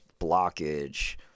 blockage